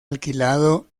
alquilado